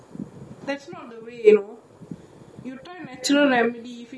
you try natural remedy if it doesn't work then you go for your cough syrup